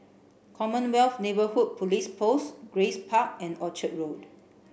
Commonwealth Neighbourhood Police Post Grace Park and Orchard Road